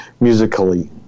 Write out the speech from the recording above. musically